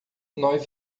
nós